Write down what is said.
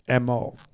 MO